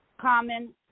common